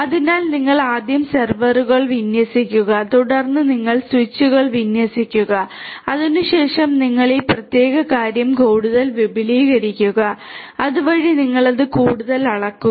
അതിനാൽ നിങ്ങൾ ആദ്യം സെർവറുകൾ വിന്യസിക്കുക തുടർന്ന് നിങ്ങൾ സ്വിച്ചുകൾ വിന്യസിക്കുക അതിനുശേഷം നിങ്ങൾ ഈ പ്രത്യേക കാര്യം കൂടുതൽ വിപുലീകരിക്കുക അതുവഴി നിങ്ങൾ അത് കൂടുതൽ അളക്കുക